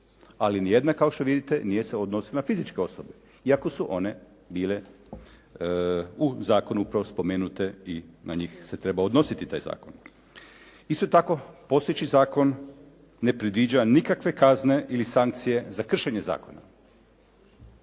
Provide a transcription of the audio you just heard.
Ali nijedna kao što vidite nije se odnosila na fizičke osobe iako su one bile u zakonu spomenute i na njih se treba odnositi taj zakon. Isto tako postojeći zakon ne predviđa nikakve kazne ili sankcije za kršenje zakona.